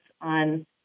on